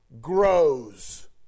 grows